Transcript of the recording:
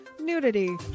nudity